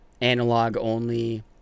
analog-only